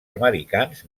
americans